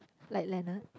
like Leonard